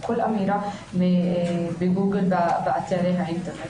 בכל אמירה בגוגל באתרי האינטרנט.